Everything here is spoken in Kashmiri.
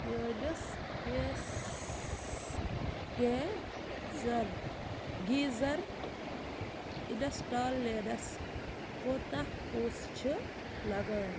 میٛٲنِس گیس گیٖزَر گیٖزَر انسٹالیشنَس کوٗتہ پونٛسہٕ چھُ لگان